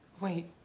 Wait